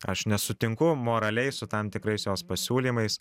aš nesutinku moraliai su tam tikrais jos pasiūlymais